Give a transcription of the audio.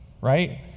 Right